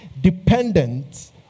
dependent